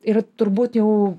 ir turbūt jau